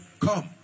Come